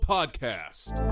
Podcast